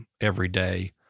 everyday